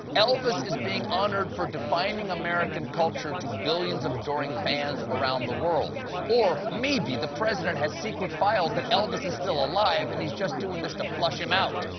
elvis is being honored for defining american culture to billions of adoring fans around the world. or maybe the president has secret files that elvis is still alive, and he's just doing this to flush him out.